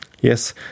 yes